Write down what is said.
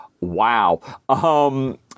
wow